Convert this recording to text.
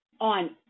on